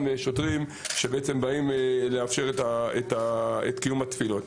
שוטרים שבאים לאפשר את קיום התפילות.